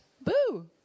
boo